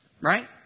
Right